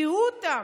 תראו אותם.